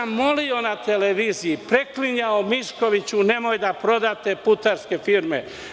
Molio sam na televiziji i preklinjao – Miškoviću, nemojte da prodajete putarske firme.